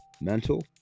mental